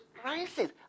crisis